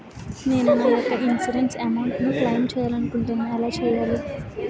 నేను నా యెక్క ఇన్సురెన్స్ అమౌంట్ ను క్లైమ్ చేయాలనుకుంటున్నా ఎలా చేయాలి?